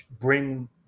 bring